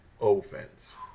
offense